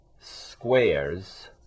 squares